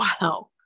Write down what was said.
Wow